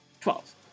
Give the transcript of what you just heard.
Twelve